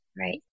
Right